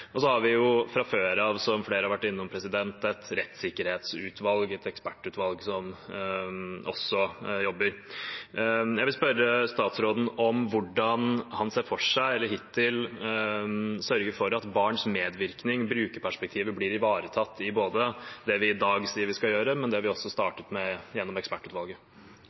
Så har vi fra før av, som flere har vært innom, et rettssikkerhetsutvalg, et ekspertutvalg, som også jobber. Jeg vil spørre statsråden om hvordan han ser for seg å sørge for at barns medvirkning, brukerperspektivet, blir ivaretatt i det vi i dag sier vi skal gjøre, men også i det vi startet med gjennom ekspertutvalget.